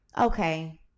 Okay